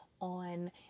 on